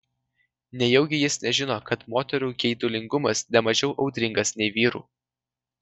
nejaugi jis nežino kad moterų geidulingumas ne mažiau audringas nei vyrų